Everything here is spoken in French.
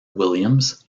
williams